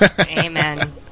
Amen